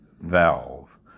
valve